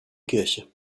kirche